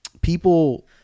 people